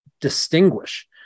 distinguish